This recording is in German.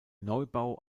neubau